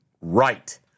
Right